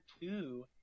two